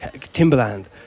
Timberland